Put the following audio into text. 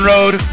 Road